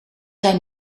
zijn